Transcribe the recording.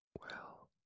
Well